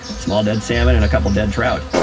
small dead salmon and a couple of dead trout.